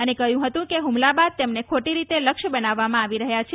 અને કહ્યું હતું કે હ્મલા બાદ તેમને ખોટી રીતે લક્ષ્ય બનાવવામાં આવી રહ્યા છે